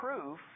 proof